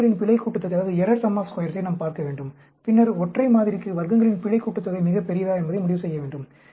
வர்க்கங்களின் பிழை கூட்டுத்தொகையை நாம் பார்க்க வேண்டும் பின்னர் ஒற்றை மாதிரிக்கு வர்க்கங்களின் பிழை கூட்டுத்தொகை மிகப் பெரியதா என்பதை முடிவு செய்ய வேண்டும்